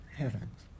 heavens